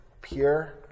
pure